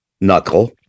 knuckle